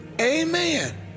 Amen